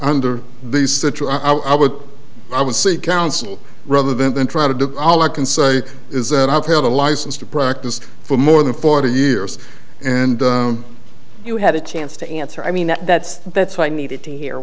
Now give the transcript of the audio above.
under the situ i would i would seek counsel rather than try to do all i can say is that i've had a license to practice for more than forty years and you had a chance to answer i mean that's that's why i needed to hear